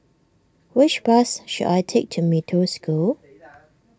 which bus should I take to Mee Toh School